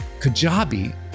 Kajabi